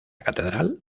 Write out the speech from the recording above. catedral